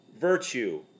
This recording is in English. virtue